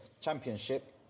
championship